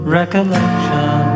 recollection